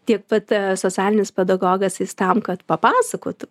tiek pat socialinis pedagogas jis tam kad papasakotų